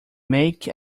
make